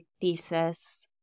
thesis